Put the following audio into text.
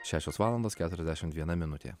šešios valandos keturiasdešimt viena minutė